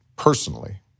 Personally